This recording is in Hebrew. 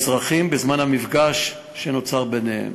ואזרחים בזמן המפגש שנוצר ביניהם,